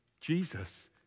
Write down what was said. Jesus